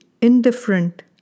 indifferent